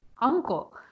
uncle